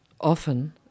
often